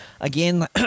Again